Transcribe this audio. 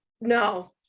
No